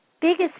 biggest